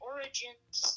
Origins